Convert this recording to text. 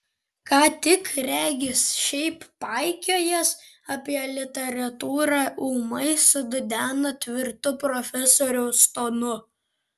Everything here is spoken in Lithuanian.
ką tik regis šiaip paikiojęs apie literatūrą ūmai sududena tvirtu profesoriaus tonu